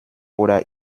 oder